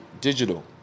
Digital